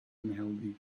unhealthy